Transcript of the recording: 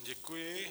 Děkuji.